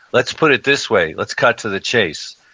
let's put it this way. let's cut to the chase.